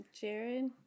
Jared